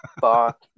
fuck